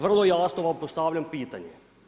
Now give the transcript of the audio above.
Vrlo jasno vam postavljam pitanje.